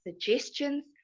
suggestions